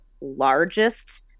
largest